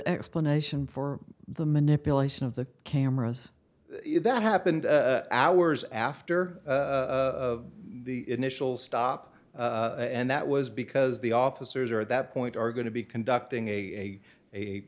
explanation for the manipulation of the cameras that happened hours after the initial stop and that was because the officers are at that point are going to be conducting a a